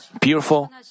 beautiful